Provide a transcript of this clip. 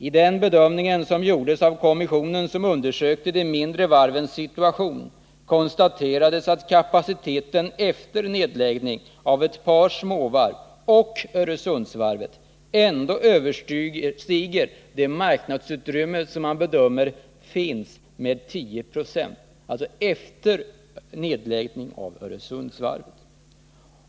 I den bedömning som gjordes av den kommission som undersökte de mindre varvens situation konstaterades att kapaciteten — efter nedläggning av ett par småvarv och Öresundsvarvet — ändå överstiger marknadsutrymmet med 10 96.